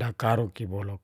dakaruk i boluk.